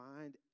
mind